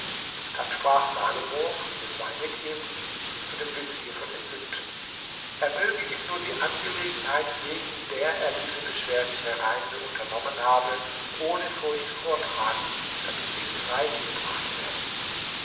dann sprach salomo friede sei mit ihm zu dem vezier von ägypten er möge ihm nur die angelegenheit wegen der er diese beschwerliche reise unternommen habe ohne furcht vortragen damit sie ins reine gebracht werde